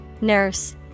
Nurse